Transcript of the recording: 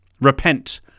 repent